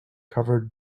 covered